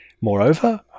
Moreover